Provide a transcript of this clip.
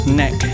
neck